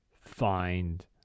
find